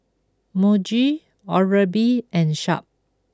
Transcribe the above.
Muji Oral B and Sharp